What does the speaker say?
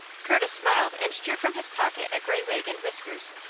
curtis smiled, and drew from his pocket a gray wig and whiskers.